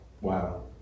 Wow